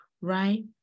Right